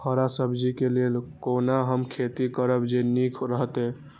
हरा सब्जी के लेल कोना हम खेती करब जे नीक रहैत?